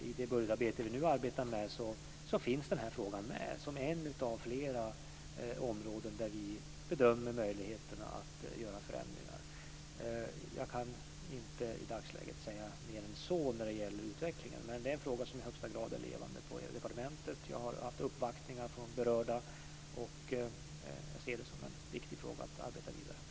I det budgetarbete vi nu håller på med finns den här frågan med som ett av flera områden där vi bedömer möjligheterna att göra förändringar. Jag kan inte säga mer än så i dagsläget när det gäller utvecklingen, men detta är en fråga som är i högsta grad levande på departementet. Jag har haft uppvaktningar från berörda och ser detta som en viktig fråga att arbeta vidare med.